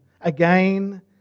again